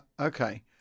okay